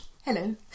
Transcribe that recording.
Hello